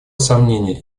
сомнения